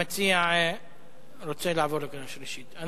המציע רוצה לעבור לקריאה שלישית?